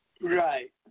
Right